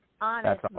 honest